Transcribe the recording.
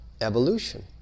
evolution